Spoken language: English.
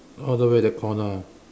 all the way the corner ah